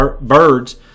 birds